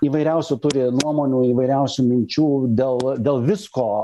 įvairiausių turi nuomonių įvairiausių minčių dėl dėl visko